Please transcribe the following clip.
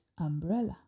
umbrella